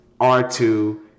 R2